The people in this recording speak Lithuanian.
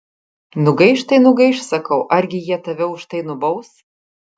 nugaiš tai nugaiš sakau argi jie tave už tai nubaus